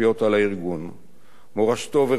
מורשתו ורוחו נמצאות גם כיום